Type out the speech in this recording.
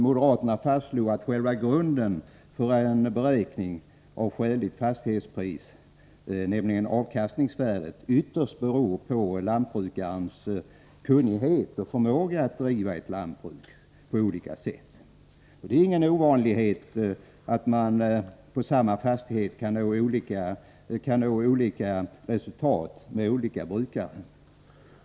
Moderaterna fastslog att själva grunden för en beräkning av skäligt fastighetspris — nämligen avkastningsvärdet — ytterst beror på lantbrukarens kunnighet och förmåga att driva ett lantbruk. Det är ingen ovanlighet att olika brukare på samma fastighet kan nå olika resultat.